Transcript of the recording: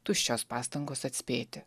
tuščios pastangos atspėti